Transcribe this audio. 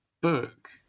book